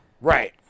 Right